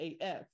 af